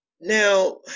now